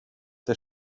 der